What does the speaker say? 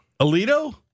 Alito